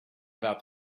about